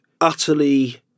utterly